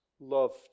loved